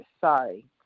Sorry